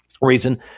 reason